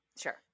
Sure